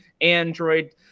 Android